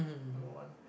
number one